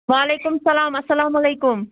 وعلیکُم السَلام السلام علیکُم